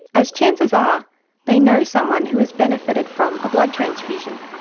as chances are they know someone who has benefited from a blood transfusion.